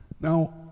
Now